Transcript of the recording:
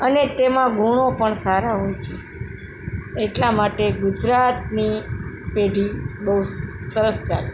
અને તેમાં ગુણો પણ સારા હોય છે એટલા માટે ગુજરાતની પેઢી બહુ સરસ ચાલે છે